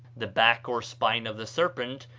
the back or spine of the serpent,